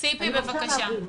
ציפי, בבקשה.